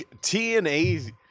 TNA